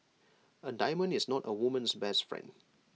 A diamond is not A woman's best friend